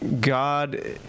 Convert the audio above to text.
God